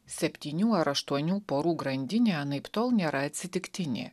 septynių ar aštuonių porų grandinė anaiptol nėra atsitiktinė